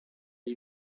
été